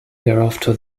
thereafter